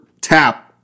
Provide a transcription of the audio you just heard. tap